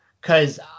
Cause